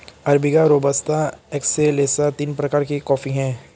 arabica robusta excelsa तीन प्रकार के कॉफी हैं